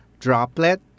Droplet